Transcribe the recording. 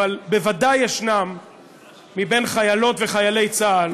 אבל בוודאי יש בקרב חיילות וחיילי צה"ל